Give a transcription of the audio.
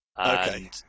Okay